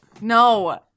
No